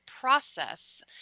process